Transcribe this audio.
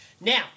Now